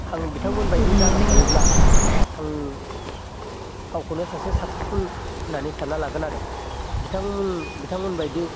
आं बिथांमोन बायदि जानो हायोब्ला आं गावखौनो सासे साकसेसफुल होन्नानै सान्ना लागोन आरो बिथांमोन बिथांमोन बायदि